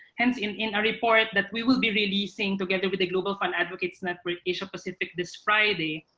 hence in in our report that we will be releasing together with the global fund advocates network asia-pacific, this friday,